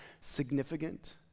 significant